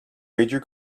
major